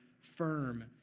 firm